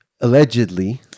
allegedly